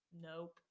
Nope